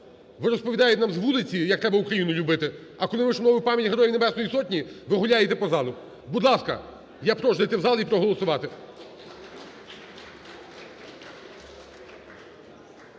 Бо розповідають нам з вулиці, як треба Україну любити. А коли ми вшановуємо пам'ять Героїв Небесної Сотні, ви гуляєте по залу! Будь ласка, я прошу зайти в зал і проголосувати.